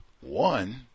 one